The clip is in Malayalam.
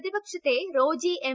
പ്രതിപക്ഷത്തെ റോജി എം